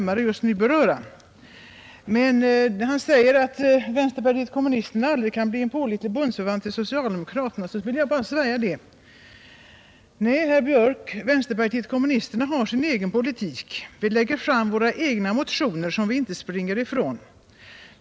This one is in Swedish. Men när han säger att vänsterpartiet kommunisterna aldrig kan bli en pålitlig bundsförvant till socialdemokraterna vill jag anföra: Nej, herr Björk, vänsterpartiet kommunisterna har sin egen politik. Vi lägger fram våra egna motioner, som vi inte springer ifrån.